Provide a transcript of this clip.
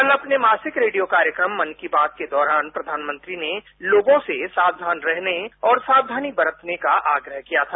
कल अपने मासिक रेडियो कार्यक्रम कम की बात के दौरान प्रधानमंत्री ने लोगों से सावधान रहने और साक्यानी बरतने का आग्रह किया था